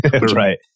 Right